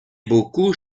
beaucoup